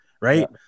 right